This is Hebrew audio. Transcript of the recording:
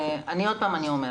עוד פעם אני אומרת,